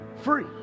free